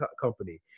company